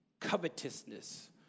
Covetousness